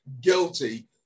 guilty